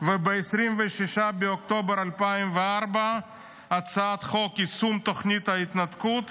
ב-26 באוקטובר 2004 הצעת חוק יישום תוכנית ההתנתקות.